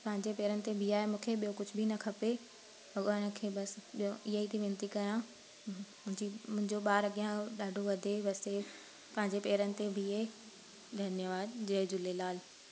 पंहिंजे पेरन ते बिहाए मूंखे ॿियो कुझ बि न खपे भॻिवान खे बसि ॿियो इहा ई ती वेनिती कयां मुंहिंजी मुंहिंजो ॿार अॻियां ॾाढो वधे वसे इहा पंहिंजे पेरनि ते बिहे धन्यवाद जय झूलेलाल